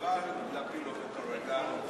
חבל להפיל אותה כרגע.